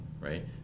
right